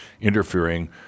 interfering